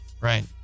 Right